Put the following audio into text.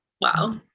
wow